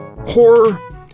Horror